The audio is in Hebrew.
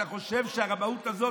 ואתה חושב שהרמאות הזאת,